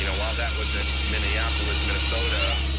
you know while that was in minneapolis, minnesota,